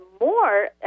more